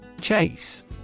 Chase